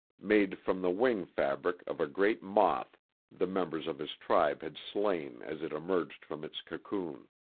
made from the wing-fabric of a great moth the members of his tribe had slain as it emerged from its cocoon.